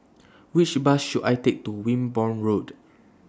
Which Bus should I Take to Wimborne Road